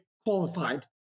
Qualified